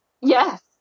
Yes